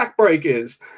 backbreakers